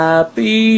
Happy